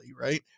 Right